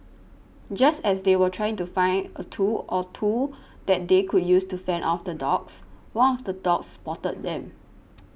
just as they were trying to find a tool or two that they could use to fend off the dogs one of the dogs spotted them